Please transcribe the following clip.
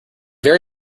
very